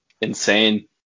insane